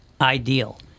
ideal